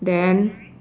then